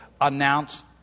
announce